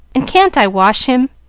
and can't i wash him?